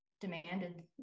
demanded